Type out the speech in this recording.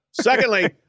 Secondly